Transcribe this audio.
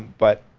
but